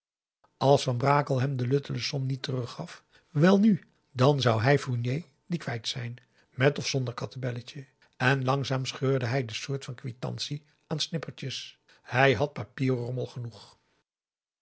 als van brakel hem de luttele som niet teruggaf welnu dan zou hij fournier die kwijt zijn met of zonder kattebelletje en langzaam scheurde hij de soort van quitantie aan snippertjes hij had papierrommel genoeg